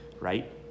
right